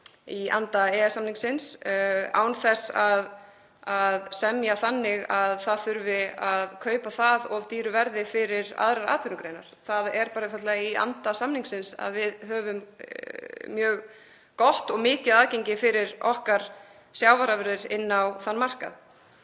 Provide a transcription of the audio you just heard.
betra aðgengi án þess að semja þannig að það þurfi að kaupa það of dýru verði fyrir aðrar atvinnugreinar. Það er bara einfaldlega í anda samningsins að við höfum mjög gott og mikið aðgengi fyrir okkar sjávarafurðir inn á þann markað.